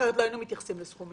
אחרת לא היינו מתייחסים לסכומים.